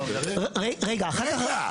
רגע רגע.